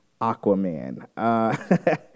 Aquaman